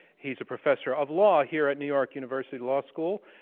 he's a professor of law here at new york university law school,